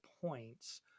points